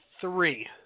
three